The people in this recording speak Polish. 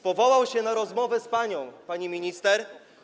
Powołał się na rozmowę z panią, pani minister.